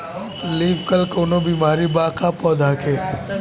Leaf curl कौनो बीमारी बा का पौधा के?